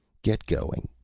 get going,